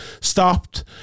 stopped